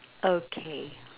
okay